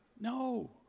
No